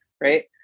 right